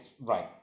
right